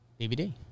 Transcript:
DVD